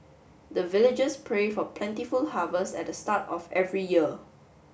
the villagers pray for plentiful harvest at the start of every year